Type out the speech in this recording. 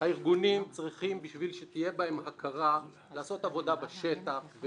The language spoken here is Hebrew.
הארגונים צריכים לעשות עבודה בשטח על מנת שתהיה